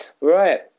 Right